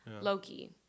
Loki